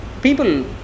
people